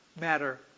matter